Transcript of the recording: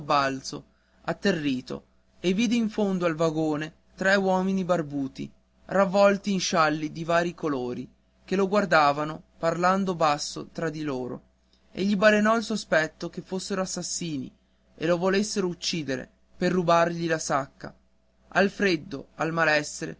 sobbalzo atterrito e vide in fondo al vagone tre uomini barbuti ravvolti in scialli di vari colori che lo guardavano parlando basso tra di loro e gli balenò il sospetto che fossero assassini e lo volessero uccidere per rubargli la sacca al freddo al malessere